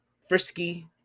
frisky